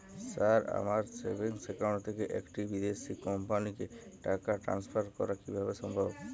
Sir আমার savings account থেকে একটি বিদেশি কোম্পানিকে টাকা ট্রান্সফার করা কীভাবে সম্ভব?